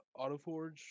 Autoforge